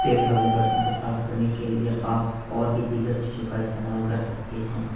تیل والے برتن کو صاف کرنے کے لیے آپ اور بھی دیگر چیزوں کا استعمال کر سکتے ہیں